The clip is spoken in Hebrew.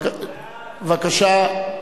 בבקשה.